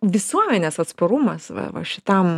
visuomenės atsparumas va va šitam